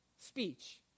speech